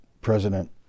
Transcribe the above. president